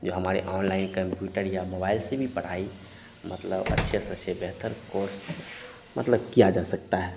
जो हमारे online computer या मोबाइल से भी पढ़ाई मतलब अच्छे से अच्छे बेहतर कोर्स मतलब किया जा सकता है